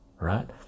right